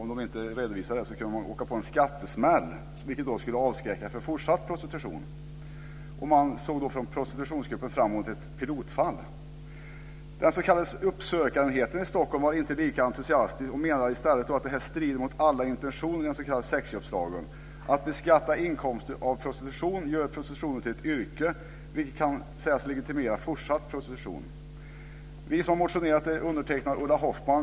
Om de inte uppfyllde det kravet kunde de åka på en skattesmäll, vilket skulle avskräcka från fortsatt prostitution. Prostitutionsgruppen såg då fram emot ett pilotfall. Den s.k. uppsökarenheten i Stockholm var inte lika entusiastisk. Man menade i stället att detta strider mot alla intentioner i sexköpslagen. Att beskatta inkomster från prostitution gör prostitutionen till ett yrke, vilket kan legitimera fortsatt prostitution. Vi som har motionerat i frågan är jag och Ulla Hoffmann.